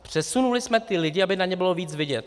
Přesunuli jsme ty lidi, aby na ně bylo víc vidět.